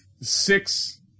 six